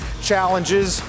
challenges